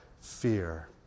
fear